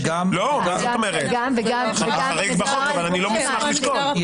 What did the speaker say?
יש חריג בחוק, אבל אני לא מוסמך לשקול.